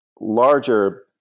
larger